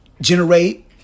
generate